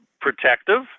protective